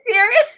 serious